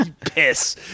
piss